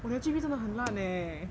我的 G_P 真的很烂 eh